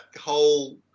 whole